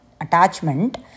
attachment